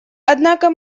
однако